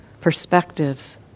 perspectives